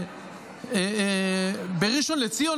בראשון לציון,